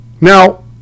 Now